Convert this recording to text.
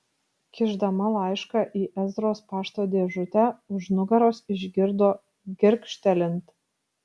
kišdama laišką į ezros pašto dėžutę už nugaros išgirdo girgžtelint